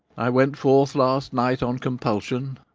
i went forth last night on compulsion,